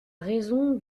raison